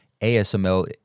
ASML